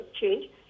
change